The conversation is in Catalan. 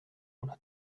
una